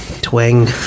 twang